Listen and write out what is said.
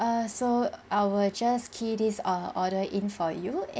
err so I will just key this err order in for you